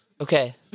Okay